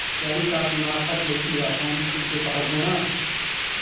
Pan card না থাকলে কি একাউন্ট খুলতে পারবো না?